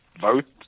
vote